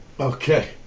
Okay